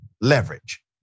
leverage